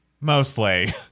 mostly